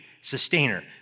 sustainer